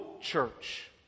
church